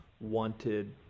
wanted